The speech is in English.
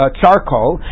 charcoal